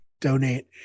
donate